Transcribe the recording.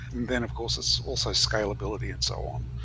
then of course, it's also scalability and so on.